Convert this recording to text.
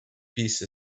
peace